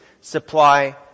supply